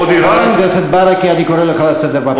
חבר הכנסת ברכה, אני קורא אותך לסדר בפעם הראשונה.